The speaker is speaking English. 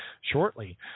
shortly